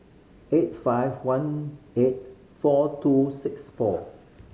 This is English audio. eight five one eight four two six four